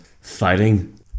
fighting